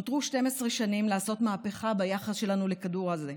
נותרו 12 שנים לעשות מהפכה ביחס שלנו לכדור הזה.